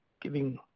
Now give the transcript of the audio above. giving